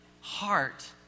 heart